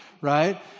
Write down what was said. right